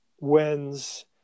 wins